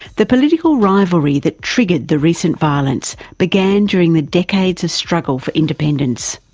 the political rivalry that triggered the recent violence began during the decades of struggle for independence.